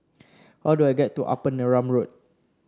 how do I get to Upper Neram Road